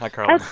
like carla oh,